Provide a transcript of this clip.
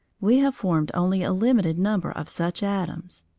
we have formed only a limited number of such atoms.